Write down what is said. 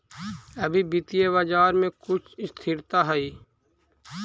अभी वित्तीय बाजार में कुछ स्थिरता हई